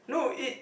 no it